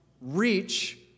reach